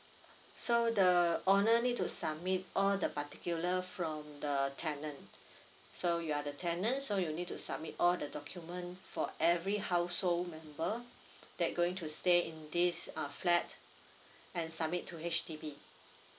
so the uh owner to submit all the particular from the tenant so you are the tenant so you'll need to submit all the document for every household member that going to stay in this uh flat and submit to H_D_B